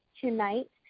tonight